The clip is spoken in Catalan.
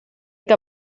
que